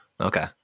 Okay